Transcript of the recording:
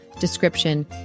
description